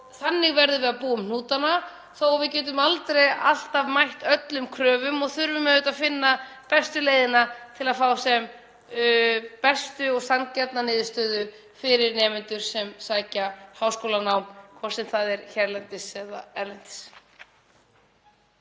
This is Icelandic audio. þannig verðum við að búa um hnútana þó að við getum aldrei alltaf mætt öllum kröfum og þurfum auðvitað að finna bestu leiðina til að fá sem besta og sanngjarna niðurstöðu fyrir nemendur sem sækja háskólanám, hvort sem það er hérlendis eða erlendis.